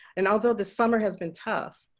and although this summer has been tough,